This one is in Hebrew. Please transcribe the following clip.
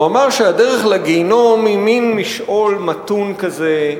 הוא אמר שהדרך לגיהינום היא מין משעול מתון כזה,